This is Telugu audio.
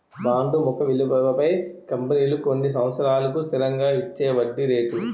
బాండు ముఖ విలువపై కంపెనీలు కొన్ని సంవత్సరాలకు స్థిరంగా ఇచ్చేవడ్డీ రేటు